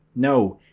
no,